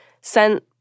sent